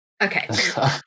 okay